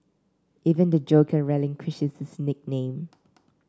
even the Joker relinquishes his nickname